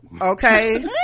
okay